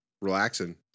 relaxing